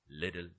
little